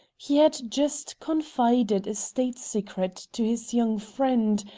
he had just confided a state secret to his young friend,